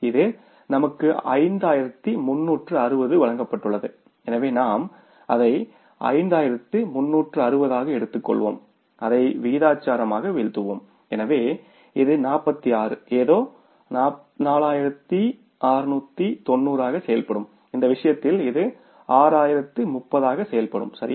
இது நமக்கு 5360 வழங்கப்பட்டுள்ளது எனவே நாம் அதை 5360 ஆக எடுத்துக்கொள்வோம் அதை விகிதாசாரமாக வீழ்த்துவோம் எனவே இது 46 ஏதோ 4690 ஆக செயல்படும் இந்த விஷயத்தில் இது 6030 ஆக செயல்படும்சரியா